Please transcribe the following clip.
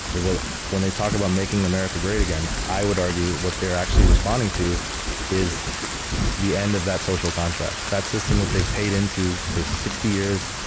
is ah when when they talk about making america great again, i would argue what they're actually responding to is the end of that social contract. that system that they've paid into for sixty years,